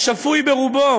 השפוי ברובו,